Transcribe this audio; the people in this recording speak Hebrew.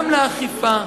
גם לאכיפה,